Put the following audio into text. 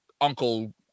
uncle